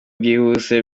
bwihuse